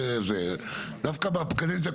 דווקא בקדנציה הקודמת,